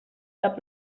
cap